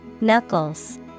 Knuckles